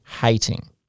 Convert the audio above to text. hating